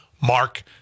Mark